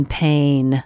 pain